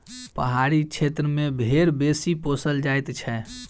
पहाड़ी क्षेत्र मे भेंड़ बेसी पोसल जाइत छै